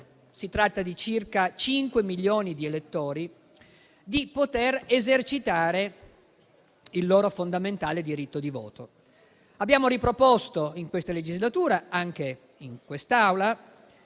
circa cinque milioni di elettori - di esercitare il loro fondamentale diritto di voto. Abbiamo inoltre riproposto in questa legislatura, anche in quest'Aula,